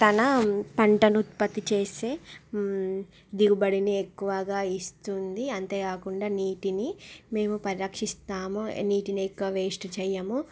తన పంటను ఉత్పత్తిని చేసే దిగుబడిని ఎక్కువగా ఇస్తుంది అంతేకాకుండా నీటిని మేము పరిరక్షిస్తాము నీటిని ఎక్కువ వేస్టూ చేయము